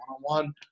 one-on-one